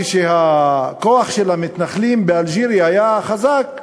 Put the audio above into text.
כשהכוח של המתנחלים באלג'יריה היה חזק,